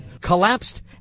collapsed